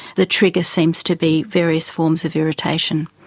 the trigger seems to be various forms of irritation,